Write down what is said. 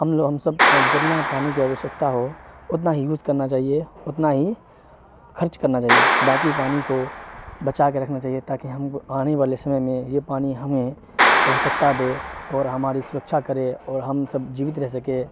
ہم ہم سب کو جتنا پانی کی آوشیکتا ہو اتنا ہی یوز کرنا چاہیے اتنا ہی خرچ کرنا چاہیے باقی پانی کو بچا کے رکھنا چاہیے تاکہ ہم کو آنے والے سمے میں یہ پانی ہمیں آو شیکتا دے اور ہماری سرکچھا کرے اور ہم سب جیوت رہ سکے